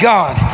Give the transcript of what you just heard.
God